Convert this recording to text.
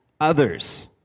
others